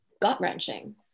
gut-wrenching